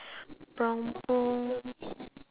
brown boo~